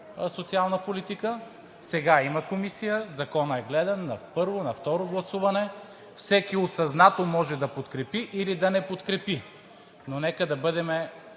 социална политика, сега има комисия, законът е гледан на първо, на второ гласуване, всеки осъзнато може да подкрепи или да не подкрепи. Но нека да бъдем